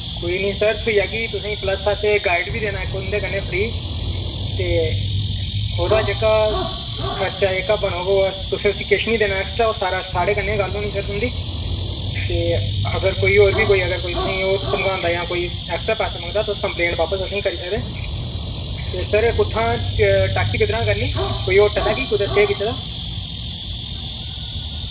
कोई नि सर थ्होई जागी तुसें प्लस असैं गाइड बी देना इक उं'दे कन्नै फ्री ते ओह्दा जेह्का खर्चा जेह्का बनोग ओह् अस तुसैं उस्सी किश नि देना एक्स्ट्रा ओह् सारा साढ़े कन्नै गल्ल ही होनी सर तुंदी ते अगर कोई और बी कोई अगर कोई तुसें ओ धमकांदा जां कोई एक्स्ट्रा पैसे मंगदा तुस कम्प्लेन बापस असें करी सकदे ते सर कुत्थां टैक्सी किद्धरां करनी कोई होटल ऐ कि कुतै स्टे कीते दा